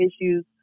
issues